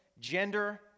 Gender